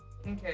Okay